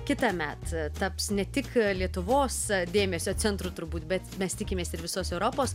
kitąmet taps ne tik lietuvos dėmesio centru turbūt bet mes tikimės ir visos europos